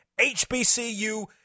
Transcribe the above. HBCU